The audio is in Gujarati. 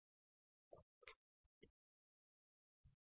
આપનો ખૂબ ખૂબ આભાર